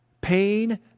pain